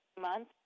month